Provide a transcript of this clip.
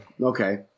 Okay